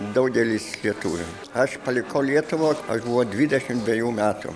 daugelis lietuvių aš palikau lietuvą aš buvau dvidešim dvejų metų